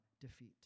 defeat